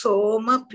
Soma